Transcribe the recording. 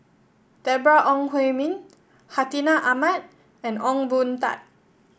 Deborah Ong Hui Min Hartinah Ahmad and Ong Boon Tat